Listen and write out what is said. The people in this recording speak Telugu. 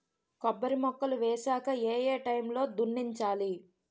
కొబ్బరి మొక్కలు వేసాక ఏ ఏ టైమ్ లో దున్నించాలి?